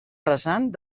rasant